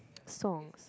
songs